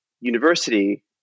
university